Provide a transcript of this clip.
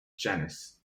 janis